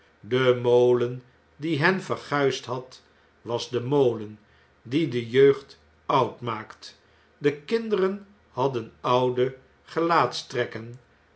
de molen die hen vergruisd had was de molen die de jeugd oud maakt de kinderen hadden oude